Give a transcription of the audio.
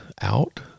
out